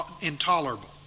intolerable